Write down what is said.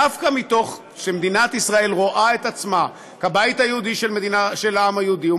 דווקא מתוך שמדינת ישראל רואה את עצמה כבית היהודי של העם היהודי,